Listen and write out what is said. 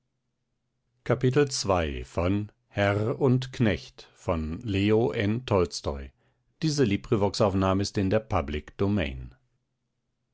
er in der